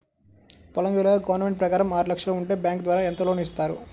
పొలం విలువ గవర్నమెంట్ ప్రకారం ఆరు లక్షలు ఉంటే బ్యాంకు ద్వారా ఎంత లోన్ ఇస్తారు?